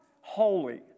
holy